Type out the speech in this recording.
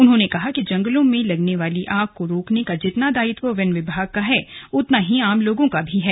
उन्होंने कहा कि जगंलों मे लगने वाली आग को रोकने का जितना दायित्व वन विभाग का है उतना ही आम लोगों का भी है